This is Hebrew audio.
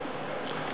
את